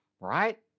right